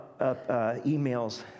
emails